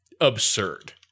absurd